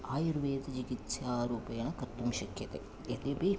आयुर्वेदचिकित्सारूपेण कर्तुं शक्यते यद्यपि